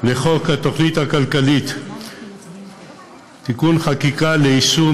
לחוק התוכנית הכלכלית (תיקוני חקיקה ליישום